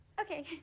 Okay